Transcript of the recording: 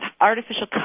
artificial